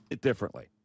Differently